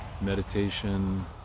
meditation